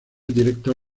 director